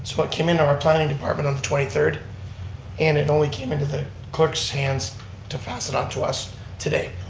so it came in our planning department on the twenty third and it only came into the clerk's hands to pass it on to us today.